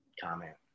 comment